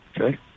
okay